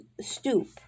stoop